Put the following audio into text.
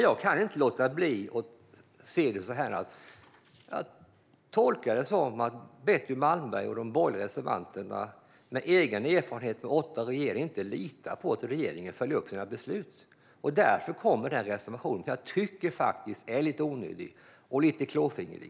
Jag kan inte låta bli att tolka det som att Betty Malmberg och de borgerliga reservanterna utifrån egen erfarenhet av åtta års regering inte litar på att regeringen följer upp sina beslut. Därför kommer man med en reservation som jag faktiskt tycker är både lite onödig och lite klåfingrig.